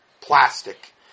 plastic